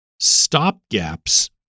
stopgaps